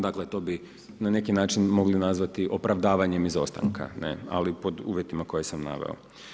Dakle to bi na neki način mogli nazvati opravdavanjem izostanka ali pod uvjetima koje sam naveo.